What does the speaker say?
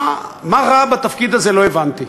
מה רע בתפקיד הזה לא הבנתי.